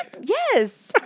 Yes